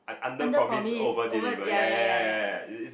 under promise over ya ya ya ya